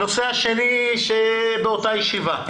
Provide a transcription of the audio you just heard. הנושא השני באותה ישיבה: